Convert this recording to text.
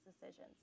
decisions